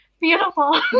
beautiful